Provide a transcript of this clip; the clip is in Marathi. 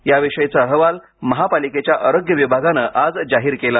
या विषयीचा अहवाल महापालिकेच्या आरोग्य विभागानं आज जाहीर केला